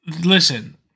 Listen